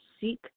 seek